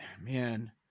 man